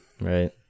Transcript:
Right